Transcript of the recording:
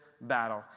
battle